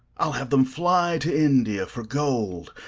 i'll have them fly to india for gold,